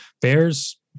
Bears